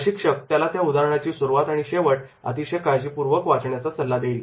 प्रशिक्षक त्याला त्या उदाहरणाची सुरुवात आणि शेवट अतिशय काळजीपूर्वक वाचण्याचा सल्ला देईल